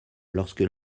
lorsque